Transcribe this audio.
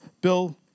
Bill